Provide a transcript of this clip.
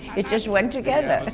it just went together.